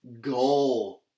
goal